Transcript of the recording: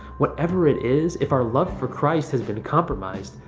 whatever it is, if our love for christ has been compromised,